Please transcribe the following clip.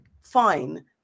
fine